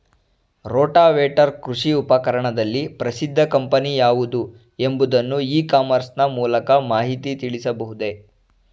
Rotavator ಕೃಷಿ ಉಪಕರಣದಲ್ಲಿ ಪ್ರಸಿದ್ದ ಕಂಪನಿ ಯಾವುದು ಎಂಬುದನ್ನು ಇ ಕಾಮರ್ಸ್ ನ ಮೂಲಕ ಮಾಹಿತಿ ತಿಳಿಯಬಹುದೇ?